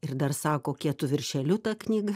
ir dar sako kietu viršeliu ta knyga